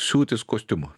siūtis kostiumo